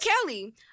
Kelly